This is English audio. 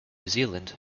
zealand